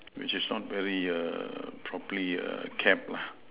which is not very err properly err kept lah